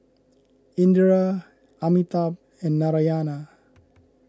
Indira Amitabh and Narayana